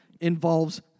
involves